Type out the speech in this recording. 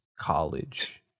college